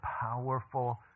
powerful